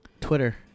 Twitter